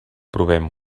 provem